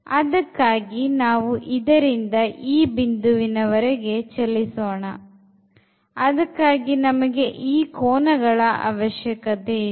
ಅದಕ್ಕಾಗಿ ನಾವು ಇದರಿಂದ ಈ ಬಿಂದುವಿನ ವರೆಗೆ ಚಲಿಸೋಣ ಅದಕ್ಕಾಗಿ ನಮಗೆ ಈ ಎರಡು ಕೋನಗಳ ಅವಶ್ಯಕತೆ ಇದೆ